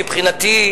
מבחינתי,